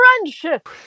friendship